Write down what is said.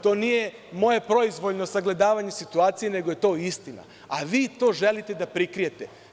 To nije moje proizvoljno sagledavanje situacije nego je to istina, a vi to želite da prikrijete.